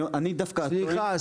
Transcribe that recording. אני דווקא --- סליחה,